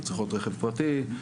הן צריכות רכב פרטי,